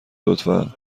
لطفا